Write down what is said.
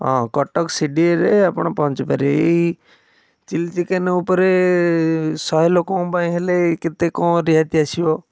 ହଁ କଟକ ସିଡ଼ିଏରେ ଆପଣ ପହଞ୍ଚିପାରିବେ ଏଇ ଚିଲି ଚିକେନ୍ ଉପରେ ଶହେ ଲୋକଙ୍କ ପାଇଁ ହେଲେ କେତେ କ'ଣ ରିହାତି ଆସିବ